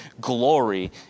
glory